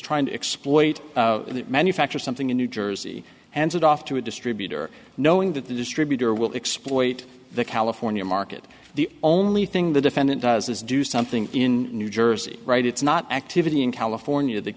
trying to exploit it manufacture something in new jersey and set off to a distributor knowing that the distributor will exploit the california market the only thing the defendant does is do something in new jersey right it's not activity in california that